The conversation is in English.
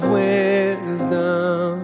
wisdom